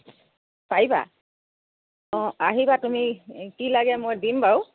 পাৰিবা অঁ আহিবা তুমি কি লাগে মই দিম বাৰু